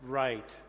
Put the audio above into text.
right